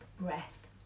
breath